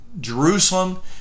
Jerusalem